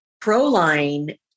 Proline